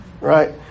right